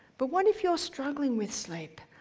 but what if you're struggling with sleep.